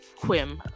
quim